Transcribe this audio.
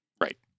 Right